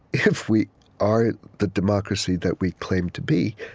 if we are the democracy that we claim to be,